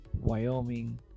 Wyoming